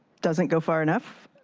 doesn't go far enough.